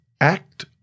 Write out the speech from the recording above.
act